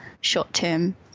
short-term